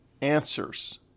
answers